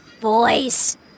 boys